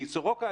סורוקה,